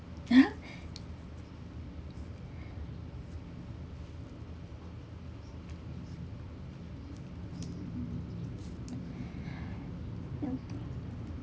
(uh huh)